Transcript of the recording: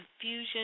confusion